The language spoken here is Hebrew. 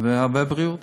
והרבה בריאות.